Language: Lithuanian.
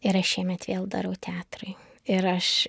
ir aš šiemet vėl darau teatrui ir aš